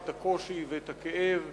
הקושי והכאב.